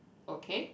okay